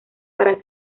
para